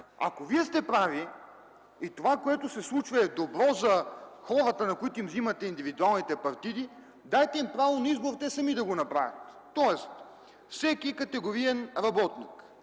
Ако вие сте прави и това, което се случва, е добро за хората, на които им взимате индивидуалните партиди, дайте им право те сами да го направят. Тоест всеки категориен работник